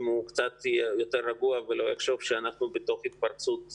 אם הוא יהיה קצת יותר רגוע ולא יחשוב שאנחנו בתוך התפרצות.